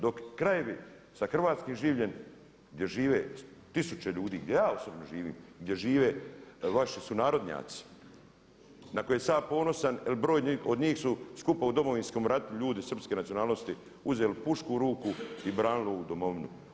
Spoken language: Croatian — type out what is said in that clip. Dok krajevi sa hrvatskim življem gdje žive tisuće ljudi, gdje ja osobno živim, gdje žive vaši sunarodnjaci na koje sam ja ponosan jer brojni od njih su skupa u Domovinskom ratu ljudi srpske nacionalnosti uzeli pušku u ruku i branili ovu domovinu.